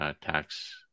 tax